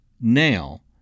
now